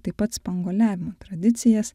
taip pat spanguoliavimo tradicijas